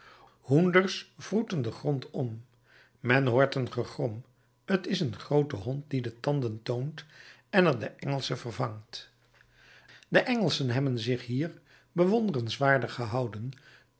hoenders wroetten den grond om men hoort een gegrom t is een groote hond die de tanden toont en er de engelschen vervangt de engelschen hebben zich hier bewonderenswaardig gehouden